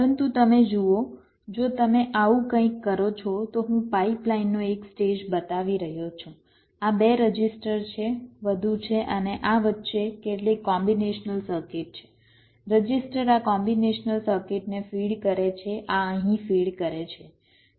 પરંતુ તમે જુઓ જો તમે આવું કંઇક કરો છો તો હું પાઇપલાઇનનો એક સ્ટેજ બતાવી રહ્યો છું આ બે રજિસ્ટર છે વધુ છે અને આ વચ્ચે કેટલીક કોમ્બીનેશનલ સર્કિટ છે રજિસ્ટર આ કોમ્બીનેશનલ સર્કિટને ફીડ કરે છે આ અહીં ફીડ કરે છે